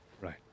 Right